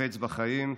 החפץ בחיים,